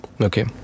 Okay